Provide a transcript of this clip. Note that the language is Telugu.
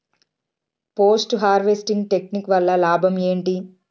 పోస్ట్ హార్వెస్టింగ్ టెక్నిక్ వల్ల లాభం ఏంటి?